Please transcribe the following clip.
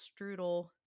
strudel